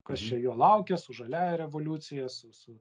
kas čia jo laukia su žaliąja revoliucija su su